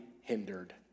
hindered